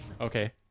Okay